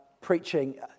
preaching